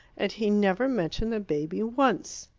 and he never mentioned the baby once,